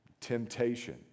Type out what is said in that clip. temptation